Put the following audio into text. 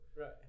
Right